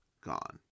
gone